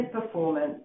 performance